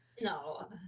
No